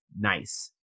nice